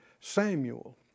Samuel